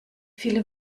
viele